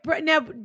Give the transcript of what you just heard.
Now